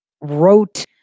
wrote